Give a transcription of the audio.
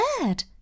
bird